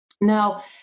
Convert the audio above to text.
Now